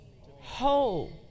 whole